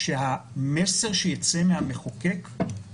ב-59% מהמקרים בתי המשפט קובעים מתחת למתחמים שלנו.